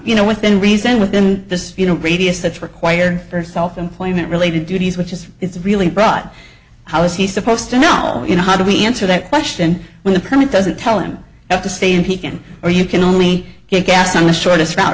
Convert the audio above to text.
you know within reason within the radius that's required for self employment related duties which is it's really broad how is he supposed to know you know how do we answer that question when the permit doesn't tell him how to stay in pekin or you can only get gas on the shortest route